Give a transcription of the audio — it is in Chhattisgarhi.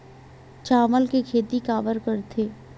चावल के खेती काबर करथे?